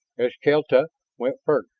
eskelta went first,